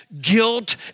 guilt